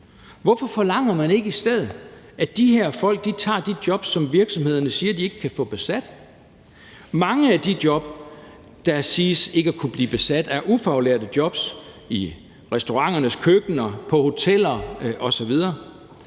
Hvorfor forlanger man ikke i stedet, at de her folk tager de jobs, som virksomhederne siger de ikke kan få besat? Mange af de jobs, der siges ikke at kunne blive besat, er ufaglærte jobs i restauranternes køkkener, på hoteller osv.